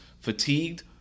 fatigued